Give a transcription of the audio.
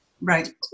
Right